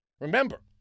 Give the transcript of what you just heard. Remember